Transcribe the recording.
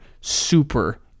super